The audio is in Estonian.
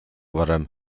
varem